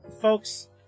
Folks